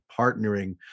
partnering